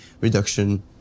reduction